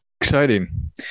Exciting